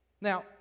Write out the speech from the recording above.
Now